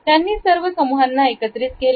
त्यांनी सर्व समूहांना एकत्रित केले